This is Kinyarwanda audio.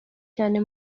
cyane